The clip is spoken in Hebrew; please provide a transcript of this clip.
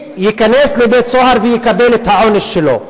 וייכנס לבית-סוהר ויקבל את העונש שלו.